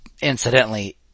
incidentally